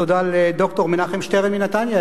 תודה לד"ר מנחם שטרן מנתניה,